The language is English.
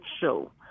show